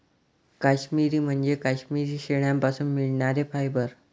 काश्मिरी म्हणजे काश्मिरी शेळ्यांपासून मिळणारे फायबर